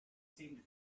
seemed